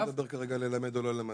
אני לא מדבר כרגע על ללמד או לא ללמד,